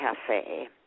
cafe